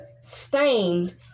stained